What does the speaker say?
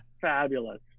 fabulous